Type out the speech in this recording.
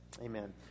Amen